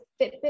Fitbit